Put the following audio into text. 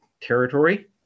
territory